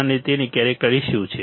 અને તેની કેરેક્ટરિસ્ટિક્સ શું છે